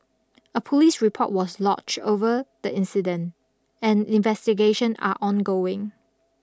a police report was lodged over the incident and investigation are ongoing